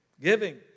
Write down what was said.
Giving